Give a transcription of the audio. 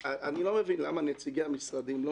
ואני לא מבין למה נציגי המשרדים לא